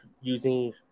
using